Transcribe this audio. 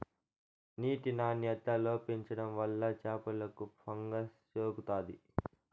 నీటి నాణ్యత లోపించడం వల్ల చేపలకు ఫంగస్ సోకుతాది